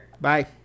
Bye